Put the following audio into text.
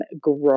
grow